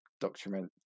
document